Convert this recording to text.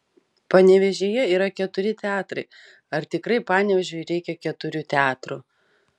panevėžyje yra keturi teatrai ar tikrai panevėžiui reikia keturių teatrų